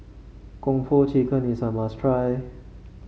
Kung Po Chicken is a must try